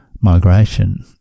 migration